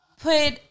put